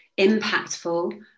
impactful